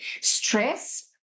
stress